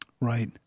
Right